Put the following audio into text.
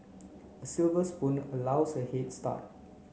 a silver spoon allows a head start